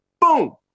boom